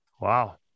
Wow